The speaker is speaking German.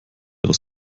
aus